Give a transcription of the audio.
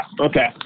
okay